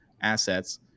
assets